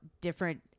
different